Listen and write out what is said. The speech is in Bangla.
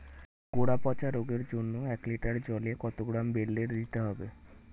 গোড়া পচা রোগের জন্য এক লিটার জলে কত গ্রাম বেল্লের দিতে হবে?